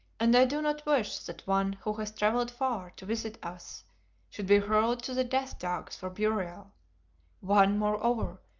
and i do not wish that one who has travelled far to visit us should be hurled to the death-dogs for burial one, moreover,